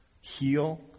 heal